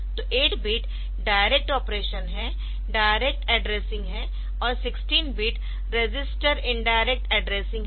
तो 8 bit direct operation है direct addressing है और 16 बिट रजिस्टर इनडायरेक्ट एड्रेसिंग है